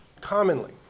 commonly